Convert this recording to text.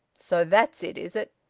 so that's it, is it?